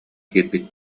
киирбит